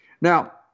Now